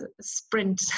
sprint